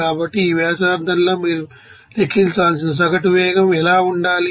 కాబట్టి ఈ వ్యాసార్థంలో మీరు లెక్కించాల్సిన సగటు వేగం ఎలా ఉండాలి